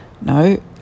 No